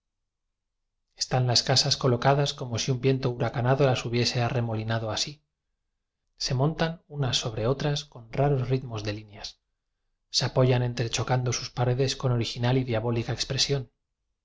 están las casas colocadas como si un viento huracanado las hubiera arremolina do así se montan unas sobre otras con raros ritmos de líneas se apoyan entrecho cando sus paredes con original y diabólica expresión